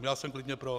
Já jsem klidně pro.